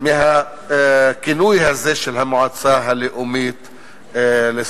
מהכינוי הזה של המועצה הלאומית לספורט.